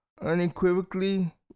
unequivocally